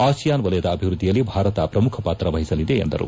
ASEAN ವಲಯದ ಅಭಿವೃದ್ದಿಯಲ್ಲಿ ಭಾರತ ಪ್ರಮುಖ ಪಾತ್ರ ವಹಿಸಲಿದೆ ಎಂದು ತಿಳಿಸಿದರು